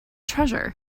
treasure